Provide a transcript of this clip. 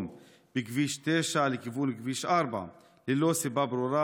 בכביש 9 לכיוון כביש 4 ללא סיבה ברורה.